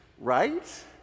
right